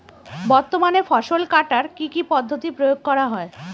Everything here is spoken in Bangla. বর্তমানে ফসল কাটার কি কি পদ্ধতি প্রয়োগ করা হয়?